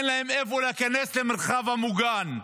אין להם לאן להיכנס, מרחב מוגן,